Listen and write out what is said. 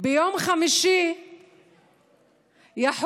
מי שמביא אור